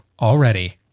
already